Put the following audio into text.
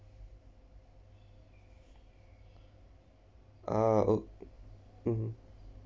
ah o mmhmm